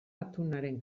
atunaren